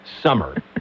summer